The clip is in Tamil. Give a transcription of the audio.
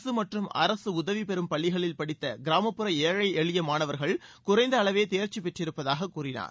அரசு மற்றும் அரசு உதவிபெறும் பள்ளிகளில் படித்த கிராமப்புற ஏழை எளிய மாணவர்கள் குறைந்த அளவே தேர்ச்சி பெற்றிருப்பதாக கூறினார்